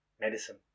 medicine